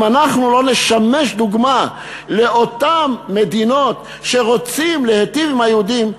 אם אנחנו לא נשמש דוגמה לאותן מדינות שרוצות להיטיב עם היהודים,